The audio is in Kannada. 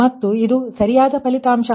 ಆದ್ದರಿಂದ ಇದು ಸರಿಯಾದ ಫಲಿತಾಂಶ